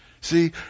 see